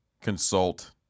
consult